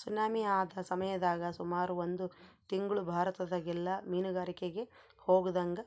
tsunami ಆದ ಸಮಯದಾಗ ಸುಮಾರು ಒಂದು ತಿಂಗ್ಳು ಭಾರತದಗೆಲ್ಲ ಮೀನುಗಾರಿಕೆಗೆ ಹೋಗದಂಗ